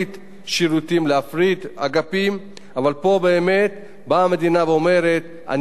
אבל פה באה המדינה ואומרת: אני לוקחת אחריות ולוקחת את כל המחויבויות,